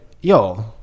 yo